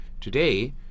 Today